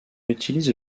utilise